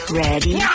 ready